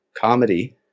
comedy